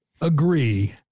agree